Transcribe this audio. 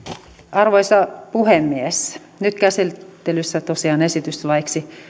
arvoisa puhemies nyt käsittelyssä on tosiaan esitys laiksi